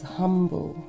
humble